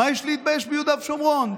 מה יש להתבייש ביהודה ושומרון?